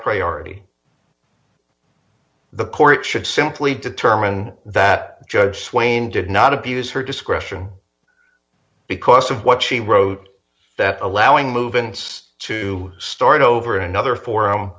priority the court should simply determine that judge swain did not abuse her discretion because of what she wrote allowing movements to start over another forum